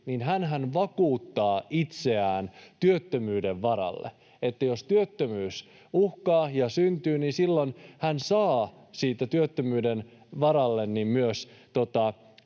niin hänhän vakuuttaa itseään työttömyyden varalle niin, niin että jos työttömyys uhkaa ja syntyy, niin silloin hän saa työttömyyden varalle myös